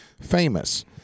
famous